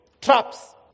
traps